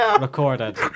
recorded